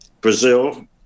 Brazil